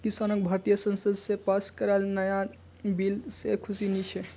किसानक भारतीय संसद स पास कराल नाया बिल से खुशी नी छे